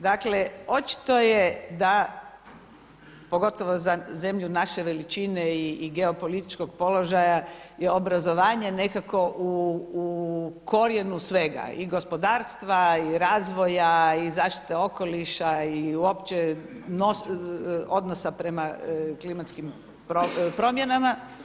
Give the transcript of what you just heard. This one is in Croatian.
Dakle, očito je da pogotovo za zemlju naše veličine i geopolitičkog položaja je obrazovanje nekako u korijenu svega i gospodarstva i razvoja i zaštite okoliša i uopće odnosa prema klimatskim promjenama.